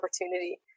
opportunity